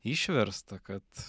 išversta kad